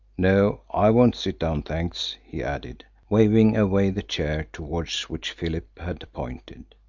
no, i won't sit down, thanks, he added, waving away the chair towards which philip had pointed.